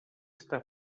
està